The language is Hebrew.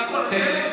על הכול.